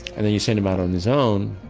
and then you send him out on his own.